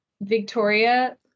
victoria